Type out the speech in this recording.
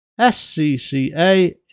SCCA